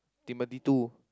Timothy two